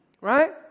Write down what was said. right